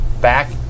back